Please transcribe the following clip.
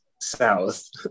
south